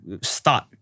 start